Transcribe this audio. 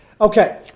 Okay